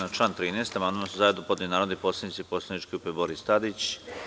Na član 13. amandman su zajedno podneli narodni poslanici poslaničke grupe Boris Tadić.